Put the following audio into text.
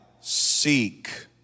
seek